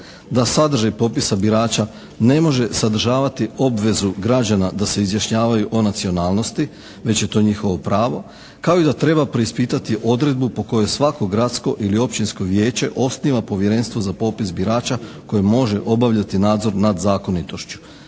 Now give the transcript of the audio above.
da sadržaj popisa birača ne može sadržavati obvezu građana da se izjašnjavaju o nacionalnosti već je to njihovo pravo kao i da treba preispitati odredbu po kojoj svako gradsko ili općinsko vijeće osniva Povjerenstvo za popis birača koje može obavljati nadzor nad zakonitošću.